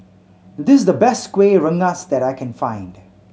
this is the best Kueh Rengas that I can find